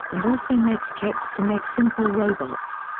and also makes kits to make simple robots.